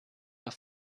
auf